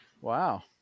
Wow